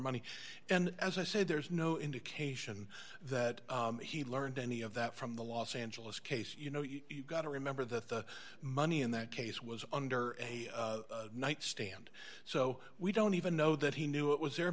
money and as i said there's no indication that he learned any of that from the los angeles case you know you got to remember that the money in that case was under a nightstand so we don't even know that he knew it was there